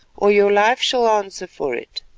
or your life shall answer for it.